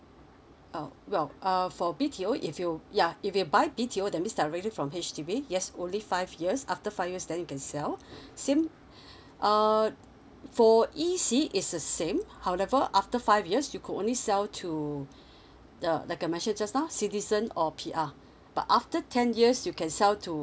uh well uh for B_T_O if you yeah if you buy B_T_O that means they're already from H_D_B you has only five years after five years then you can sell same uh for E_C is the same however after five years you could only sell to uh like I mentioned just now citizen or P_R but after ten years you can sell to